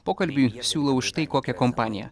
pokalbiui siūlau štai kokią kompaniją